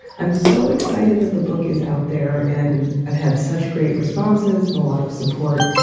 i'm so excited that the book is out there and i've had such great responses and a lot of support.